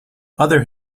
other